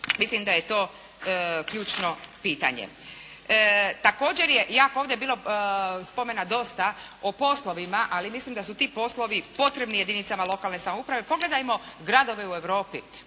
Mislim da je to ključno pitanje. Također je, ovdje bilo spomena dosta, o poslovima, ali mislim da su ti poslovi potrebni jedinicama lokalne samouprave. Pogledajmo gradove u Europi,